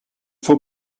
faut